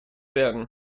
werden